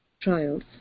trials